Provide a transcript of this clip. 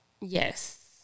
Yes